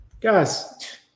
Guys